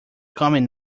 coming